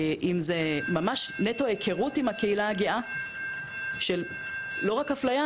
אם זה ממש נטו היכרות עם הקהילה הגאה של לא רק אפליה,